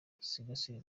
dusigasire